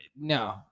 no